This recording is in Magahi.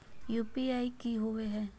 यू.पी.आई की होवे है?